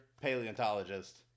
paleontologist